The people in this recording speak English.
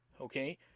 Okay